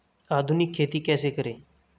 आधुनिक खेती कैसे करें?